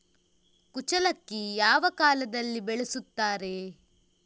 ಕುಚ್ಚಲಕ್ಕಿ ಯಾವ ಕಾಲದಲ್ಲಿ ಬೆಳೆಸುತ್ತಾರೆ?